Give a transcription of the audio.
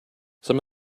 some